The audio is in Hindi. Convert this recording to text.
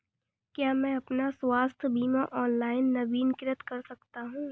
क्या मैं अपना स्वास्थ्य बीमा ऑनलाइन नवीनीकृत कर सकता हूँ?